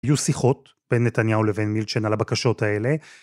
יהיו שיחות בין נתניהו לבין מילצ'ן על הבקשות האלה.